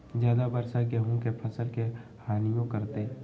ज्यादा वर्षा गेंहू के फसल के हानियों करतै?